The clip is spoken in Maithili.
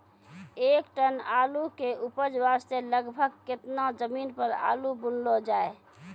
एक टन आलू के उपज वास्ते लगभग केतना जमीन पर आलू बुनलो जाय?